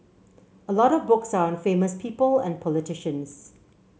a lot of books are on famous people and politicians